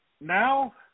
Now –